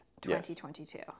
2022